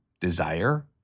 desire